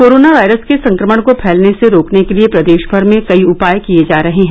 corona virus के संक्रमण को फैलने से रोकने के लिए प्रदेश भर में कई उपाय किए जा रहे हैं